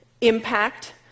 impact